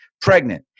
pregnant